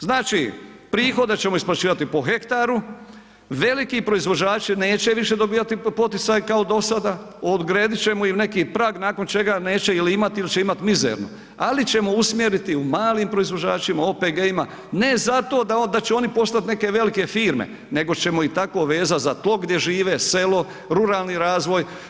Znači, prihode ćemo isplaćivati po hektaru, veliki proizvođači neće više dobivati poticaj kao do sada, odredit ćemo im neki prag nakon čega neće il imati il će imati mizerno, ali ćemo usmjeriti u malim proizvođačima, OPG-ima, ne zato da će oni postat neke velike firme, nego ćemo ih tako vezat za tog gdje žive, selo, ruralni razvoj.